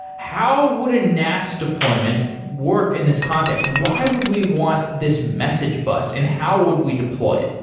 how would a nats deployment work in this context? why would we want this message bus and how would we deploy it?